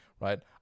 right